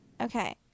okay